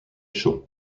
chaud